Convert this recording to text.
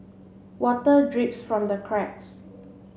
water drips from the cracks